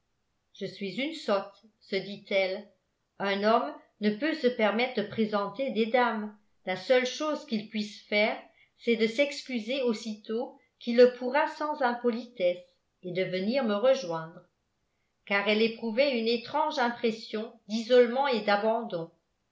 je suis une sotte se dit-elle un homme ne peut se permettre de présenter des dames la seule chose qu'il puisse faire c'est de s'excuser aussitôt qu'il le pourra sans impolitesse et de venir me rejoindre car elle éprouvait une étrange impression d'isolement et d'abandon